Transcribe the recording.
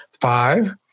Five